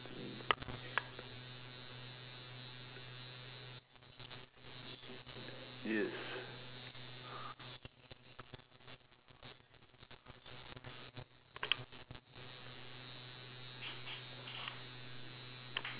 yes